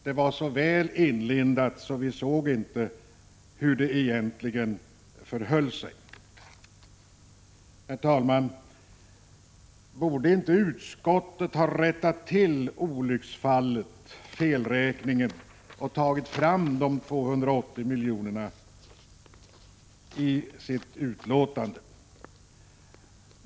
Det var så väl inlindat att vi inte såg hur det egentligen förhöll sig? Herr talman! Borde inte utskottet ha rättat till olycksfallet eller felräkningen och tagit fram de 280 milj.kr. i sitt betänkande?